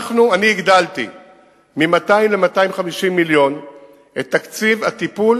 אני הגדלתי מ-200 ל-250 מיליון את תקציב הטיפול